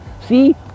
See